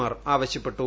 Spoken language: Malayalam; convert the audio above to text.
മാർ ആവശ്യപ്പെട്ടു